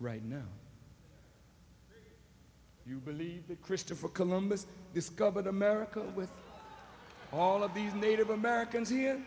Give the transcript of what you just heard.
right now you believe that christopher columbus discovered america with all of these native americans here